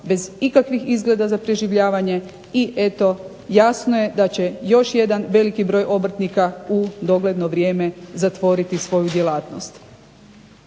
bez ikakvih izgleda za preživljavanje. I eto jasno je da će još jedan veliki broj obrtnika u dogledno vrijeme zatvoriti svoju djelatnost.